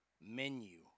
Menu